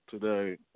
today